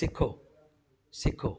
सिखो